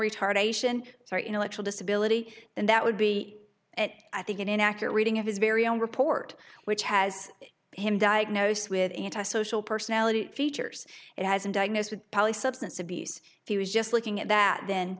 retardation or intellectual disability and that would be at i think it inaccurate reading of his very own report which has him diagnosed with antisocial personality features it has an diagnosed with probably substance abuse if he was just looking at that then